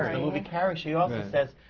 movie carrie, she also says,